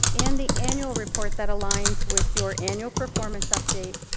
and the annual report that aligns with your annual performance update,